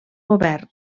govern